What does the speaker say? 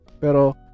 pero